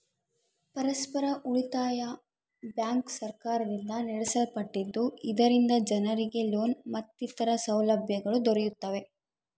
ಪರಸ್ಪರ ಉಳಿತಾಯ ಬ್ಯಾಂಕ್ ಸರ್ಕಾರದಿಂದ ನಡೆಸಲ್ಪಟ್ಟಿದ್ದು, ಇದರಿಂದ ಜನರಿಗೆ ಲೋನ್ ಮತ್ತಿತರ ಸೌಲಭ್ಯಗಳು ದೊರೆಯುತ್ತವೆ